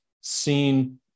seen